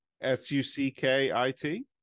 S-U-C-K-I-T